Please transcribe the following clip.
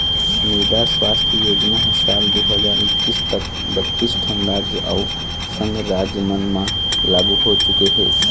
मृदा सुवास्थ योजना ह साल दू हजार एक्कीस तक बत्तीस ठन राज अउ संघ राज मन म लागू हो चुके हे